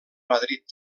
madrid